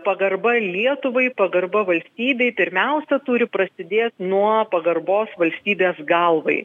pagarba lietuvai pagarba valstybei pirmiausia turi prasidėt nuo pagarbos valstybės galvai